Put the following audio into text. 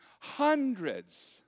Hundreds